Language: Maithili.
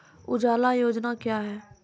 उजाला योजना क्या हैं?